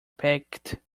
packed